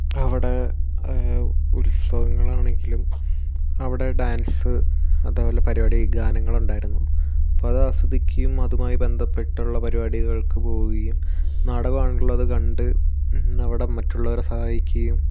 അവിടെ ഉത്സവങ്ങളാണെങ്കിലും അവിടെ ഡാൻസ് അതുപോലെ പരിപാടി ഗാനങ്ങളുണ്ടായിരുന്നു അപ്പോൾ അത് ആസ്വദിക്കുകയും അതുമായി ബന്ധപ്പെട്ടുള്ള പരിപാടികൾക്ക് പോവുകയും നാടകമാണല്ലോ അതു കണ്ട് അവിടെ മറ്റുള്ളവരെ സഹായിക്കുകയും